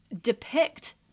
depict